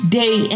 day